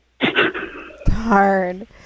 Hard